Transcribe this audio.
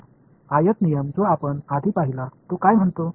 तर आयत नियम जो आपण आधी पाहिला तो काय म्हणतो